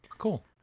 cool